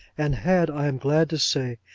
and had, i am glad to say,